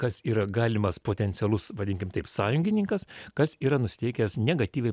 kas yra galimas potencialus vadinkim taip sąjungininkas kas yra nusiteikęs negatyviai